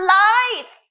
life